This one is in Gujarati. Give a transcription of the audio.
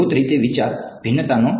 મૂળભૂત રીતે વિચાર ભિન્નતાનો છે